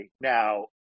Now